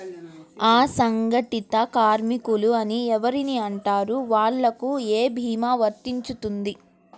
అసంగటిత కార్మికులు అని ఎవరిని అంటారు? వాళ్లకు ఏ భీమా వర్తించుతుంది?